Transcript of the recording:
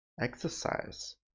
exercise